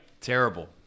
Terrible